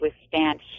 withstand